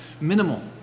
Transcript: minimal